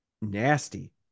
nasty